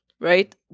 right